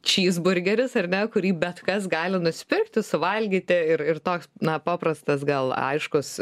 čyzburgeris ar ne kurį bet kas gali nusipirkti suvalgyti ir ir toks na paprastas gal aiškus